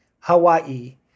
Hawaii